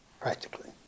practically